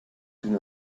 soon